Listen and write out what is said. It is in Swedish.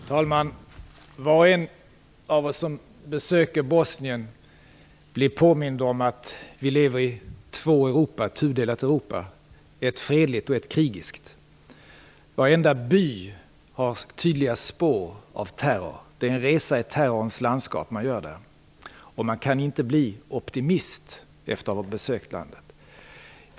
Herr talman! Var och en av oss som besöker Bosnien blir påmind om att vi lever i ett tudelat Europa, att det finns två Europa - ett fredligt och ett krigiskt. Varenda by har tydliga spår av terror. Det är en resa i terrorns landskap man gör där, och man kan inte bli optimist efter att ha besökt landet.